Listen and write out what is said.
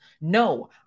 No